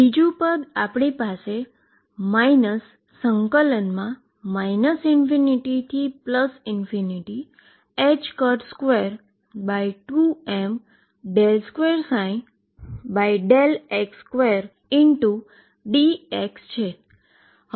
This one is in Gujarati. બીજુ પદ આપણી પાસે ∞22m2x2dx છે